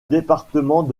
département